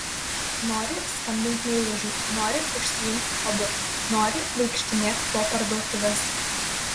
nori skambink meilužiui nori užsiimk hobiu nori vaikštinėk po parduotuves